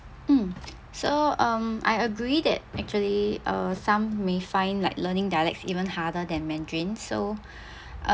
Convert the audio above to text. mm so um I agree that actually uh some may find like learning dialects even harder than mandarin so uh